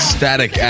Static